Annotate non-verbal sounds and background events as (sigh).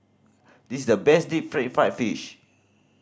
this is the best deep (unintelligible) fried fish